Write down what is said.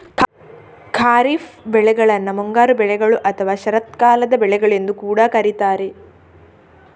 ಖಾರಿಫ್ ಬೆಳೆಗಳನ್ನ ಮುಂಗಾರು ಬೆಳೆಗಳು ಅಥವಾ ಶರತ್ಕಾಲದ ಬೆಳೆಗಳು ಎಂದು ಕೂಡಾ ಕರೀತಾರೆ